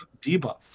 debuff